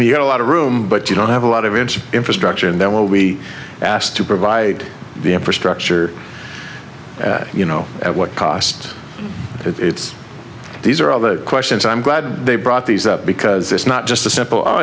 and you have a lot of room but you don't have a lot of energy infrastructure and that will be asked to provide the infrastructure you know at what cost it's these are all the questions i'm glad they brought these up because it's not just a simple